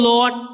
Lord